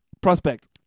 Prospect